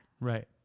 Right